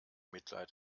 mitleid